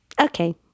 Okay